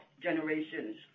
generations